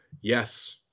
Yes